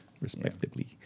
respectively